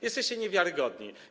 Jesteście niewiarygodni.